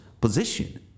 position